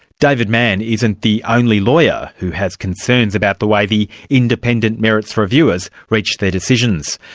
david manne isn't the only lawyer who has concerns about the way the independent merits reviewers reached their decisions.